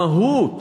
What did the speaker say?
המהות,